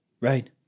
right